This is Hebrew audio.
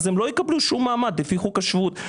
אז הם לא יקבלו שום מעמד לפי חוק השבות.